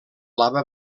lava